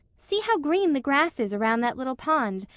see how green the grass is around that little pond,